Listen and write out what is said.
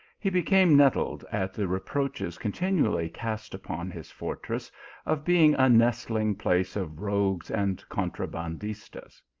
he became nettled at the reproaches continually cast upon his fortress of being a nestling place of rogues and contrabandistas.